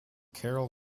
carol